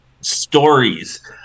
stories